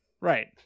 Right